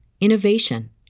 innovation